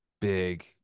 big